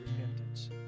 repentance